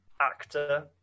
actor